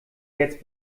jetzt